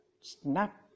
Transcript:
snap